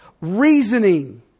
reasoning